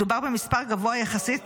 מדובר במספר גבוה יחסית